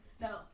No